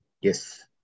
Yes